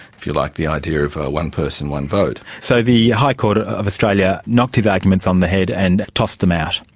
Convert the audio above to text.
if you like, the idea of ah one person, one vote. so the high court of australia knocked his arguments on the head and tossed them out.